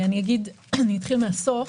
אתחיל מהסוף.